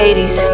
80s